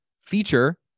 feature